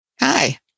Hi